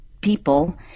people